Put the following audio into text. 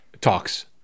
talks